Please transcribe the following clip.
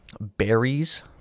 berries